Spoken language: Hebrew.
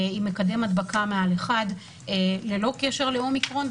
עם מקדם הדבקה מעל 1 ללא קשר לאומיקרון,